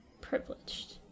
Privileged